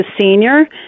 senior